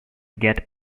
get